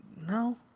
no